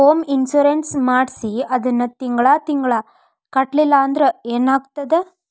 Home insurance ಮಾಡ್ಸಿ ಅದನ್ನ ತಿಂಗ್ಳಾ ತಿಂಗ್ಳಾ ಕಟ್ಲಿಲ್ಲಾಂದ್ರ ಏನಾಗ್ತದ?